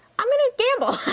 i'm gonna gamble,